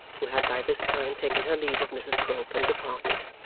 who had by this time taken her leave of mrs quilp and departed.